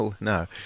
No